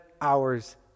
hours